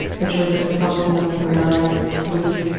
which was the sultan of brunei's suite.